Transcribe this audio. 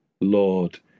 Lord